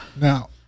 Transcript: now